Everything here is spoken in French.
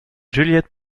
juliette